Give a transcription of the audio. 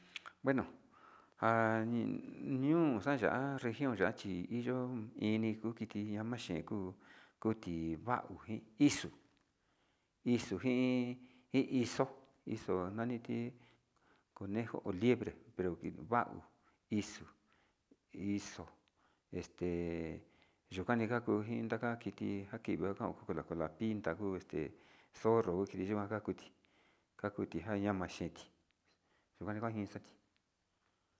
Bueno njan nio xa'a ya'á region ti hi yo'ó iniyama xikuu kuti vau nji ixu ixuu njin i ixo'o ixo'o njaniti conejo ho liebre pero keva'o ixu ixu este yukani ka'a njo inta ndakiti njake véo nja cola pinta kuu este zorro kuu este yikuan ka'a kuti kakuni njama xeti yuka nikuan xeti.